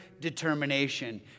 determination